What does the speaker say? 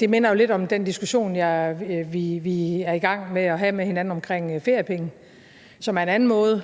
Det minder jo lidt om den diskussion, vi er i gang med at have med hinanden om feriepenge, som er en anden måde